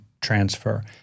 transfer